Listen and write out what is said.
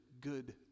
good